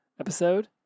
episode